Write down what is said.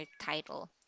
title